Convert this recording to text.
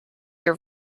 your